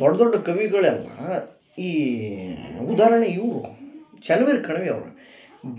ದೊಡ್ಡ ದೊಡ್ಡ ಕವಿಗಳೆಲ್ಲ ಈ ಉದಾರ್ಣೆ ಇವರು ಚೆನ್ನವೀರ ಕಣವಿ ಅವ್ರು